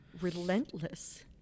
relentless